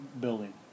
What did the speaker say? building